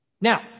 now